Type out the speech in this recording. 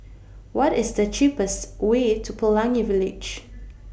What IS The cheapest Way to Pelangi Village